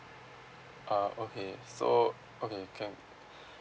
ah okay so okay can